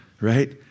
right